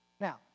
Now